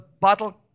bottle